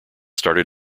started